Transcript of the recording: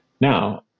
Now